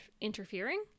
interfering